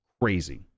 crazy